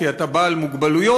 כי אתה בעל מוגבלויות.